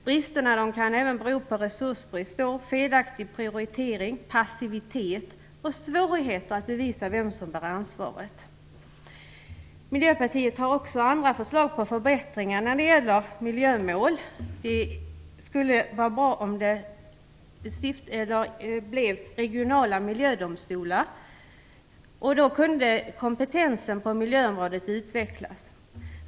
Bristerna kan även bero på resursbrist, felaktig prioritering, passivitet och svårigheter att bevisa vem som bär ansvaret. Miljöpartiet har också andra förslag till förbättringar när det gäller miljömål. Det skulle vara bra om det blev regionala miljödomstolar. Då kunde kompetensen på miljöområdet utvecklas.